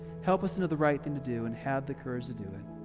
help us to know the right thing to do and have the courage to do it.